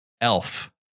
Elf